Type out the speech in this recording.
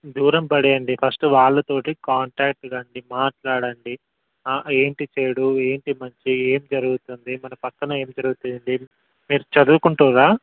దూరం పడేయండి ఫస్ట్ వాళ్ళతోటి కాంటాక్ట్ కండి మాట్లాడండి ఏంటి చెడు ఏంటి మంచి ఏం జరుగుతుంది మన పక్కన ఏం జరుగుతుంది మీరు చదువుకుంటారా